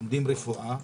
שלומדים רפואה.